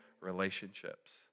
relationships